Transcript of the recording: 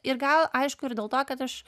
ir gal aišku ir dėl to kad aš